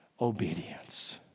obedience